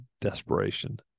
desperation